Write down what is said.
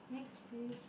next is